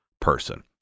person